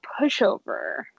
pushover